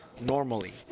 Normally